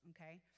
okay